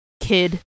kid